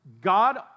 God